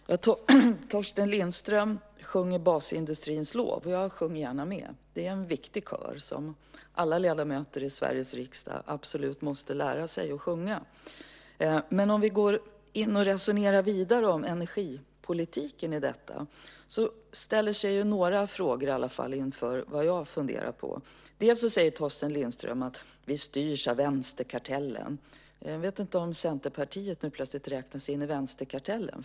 Fru talman! Torsten Lindström sjunger basindustrins lov, och jag sjunger gärna med. Det är en viktig kör som alla ledamöter i Sveriges riksdag absolut måste lära sig att sjunga med i. Men låt oss gå in och resonera vidare om energipolitiken i detta. Det finns några frågor som jag funderar på. Torsten Lindström säger att vi styrs av vänsterkartellen. Jag vet inte om Centerpartiet nu plötsligt räknas in i vänsterkartellen.